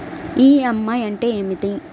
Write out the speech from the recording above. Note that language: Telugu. ఈ.ఎం.ఐ అంటే ఏమిటి?